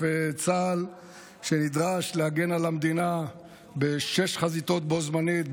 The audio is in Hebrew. צה"ל שנדרש להגן על המדינה בשש חזיתות בו זמנית,